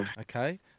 Okay